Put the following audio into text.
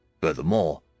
Furthermore